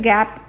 Gap